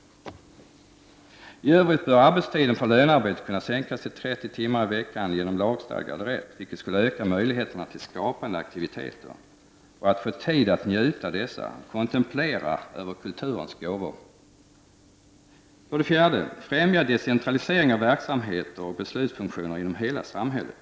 I övrigt bör arbetstiden för lönearbete kunna sänkas till 30 timmar i veckan genom lagstadgad rätt, vilket skulle öka möjligheten till skapande aktiviteter och till att få tid att njuta dessa och kontemplera över kulturens gåvor. För det fjärde bör kulturpolitiken främja decentralisering av verksamheter och beslutsfunktioner inom hela samhället.